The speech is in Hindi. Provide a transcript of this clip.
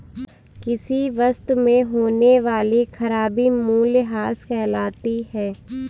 किसी वस्तु में होने वाली खराबी मूल्यह्रास कहलाती है